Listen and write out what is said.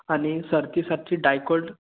आणि सर्दीसाठी डायकोल्ड